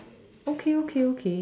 okay okay okay